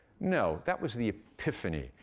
no, that was the epiphany.